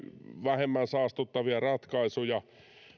vähemmän saastuttavia ratkaisuja